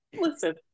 listen